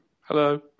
Hello